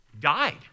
died